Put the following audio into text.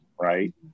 right